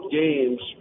games